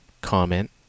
comment